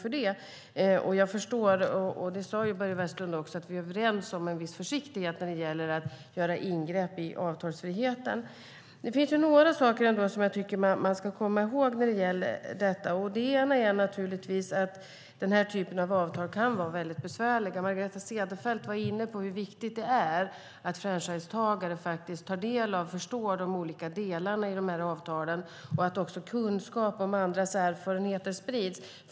Börje Vestlund sade också att vi är överens om en viss försiktighet när det gäller att göra ingrepp i avtalsfriheten. Det finns några saker som jag tycker att man ska komma ihåg när det gäller detta. Det ena är naturligtvis att denna typ av avtal kan vara väldigt besvärliga. Margareta Cederfelt var inne på hur viktigt det är att franchisetagare tar del av och förstår de olika delarna i avtalen och att kunskap om andras erfarenheter sprids.